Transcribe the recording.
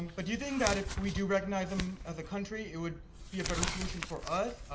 but do you think that if we do recognize them as a country it would be a better solution for us,